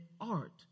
art